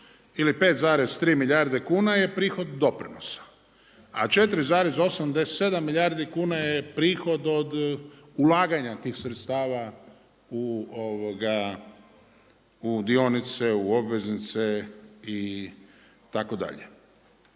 ili 5,3 milijarde kuna je prihod doprinosa a 4,87 milijardi kuna je prihod od ulaganja tih sredstava u dionice, u obveznice itd..